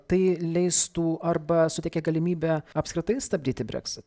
tai leistų arba suteikia galimybę apskritai stabdyti breksit